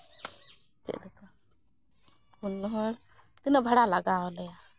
ᱪᱮᱫᱞᱮᱠᱟ ᱯᱩᱱ ᱦᱚᱲ ᱛᱤᱱᱟᱹᱜ ᱵᱷᱟᱲᱟ ᱞᱟᱜᱟᱣᱟᱞᱮᱭᱟ